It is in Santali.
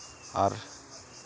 ᱟᱨ